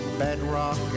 bedrock